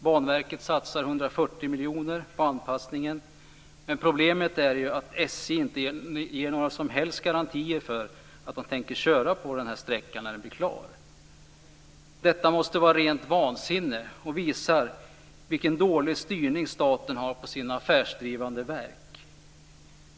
Banverket satsar 140 miljoner på anpassningen, men problemet är att SJ inte ger några som helst garantier för att de tänker köra på denna sträcka när den blir klar. Detta måste vara rent vansinne. Det visar vilken dålig styrning staten har av sina affärsdrivande verk.